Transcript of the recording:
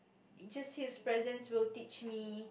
just his presence will teach me